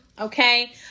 Okay